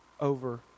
over